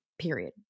period